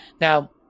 Now